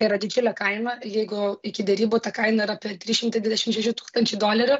yra didžiulė kaina jeigu iki derybų ta kaina yra per trys šimtai dvidešim šeši tūkstančiai dolerių